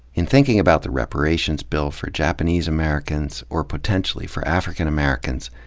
in thinking about the reparations bill for japanese americans, or, potentially, for african americans,